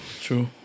true